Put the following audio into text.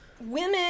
women